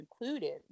included